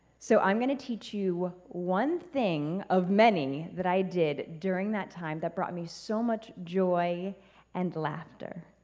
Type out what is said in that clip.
so, i'm going to teach you one thing, of many, that i did during that time that brought me so much joy and laughter.